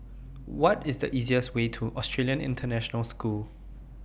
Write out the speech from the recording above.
What IS The easiest Way to Australian International School